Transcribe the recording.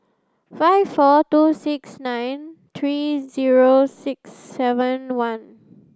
five four two six nine three zero six seven one